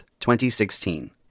2016